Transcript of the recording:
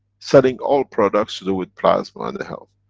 selling all products to do with plasma and the health.